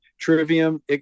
Trivium